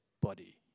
body